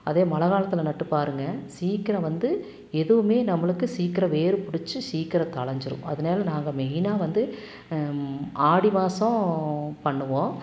அதே மழை காலத்தில் நட்டு பாருங்கள் சீக்கிரம் வந்து எதுவுமே நம்பளுக்கு சீக்கிரம் வேர் பிடிச்சி சீக்கிரம் தழைஞ்சிரும் அதனால நாங்கள் மெயினாக வந்து ஆடி மாதம் பண்ணுவோம்